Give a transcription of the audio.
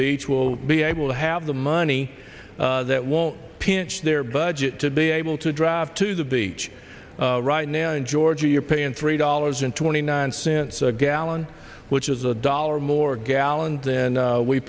beach will be able to have the money that won't pinch their budget to be able to drive to the beach right now in georgia you're paying three dollars in twenty nine cents a gallon which is a dollar more gallon